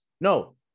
No